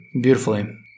beautifully